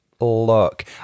look